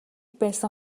байсан